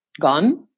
gone